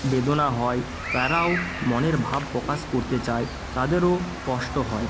বেদনা হয় তারাও মনের ভাব প্রকাশ করতে চায় তাদেরও কষ্ট হয়